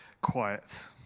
quiet